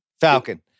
Falcon